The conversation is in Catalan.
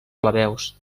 plebeus